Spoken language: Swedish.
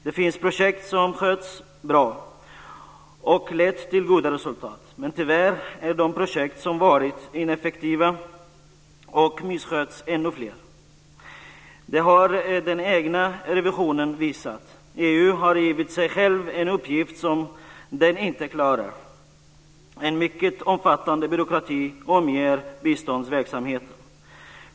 Det finns projekt som skötts bra och lett till goda resultat, men tyvärr är de projekt som varit ineffektiva och misskötts ännu fler. Det har den egna revisionen visat. EU har givit sig själv en uppgift som den inte klarar. En mycket omfattande byråkrati omger biståndsverksamheten.